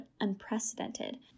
unprecedented